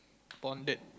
bonded